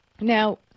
Now